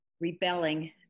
rebelling